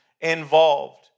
involved